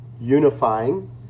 unifying